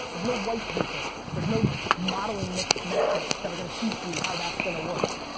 there's no white paper. there's no modeling mixed metrics that are gonna teach you how that's gonna work.